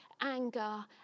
anger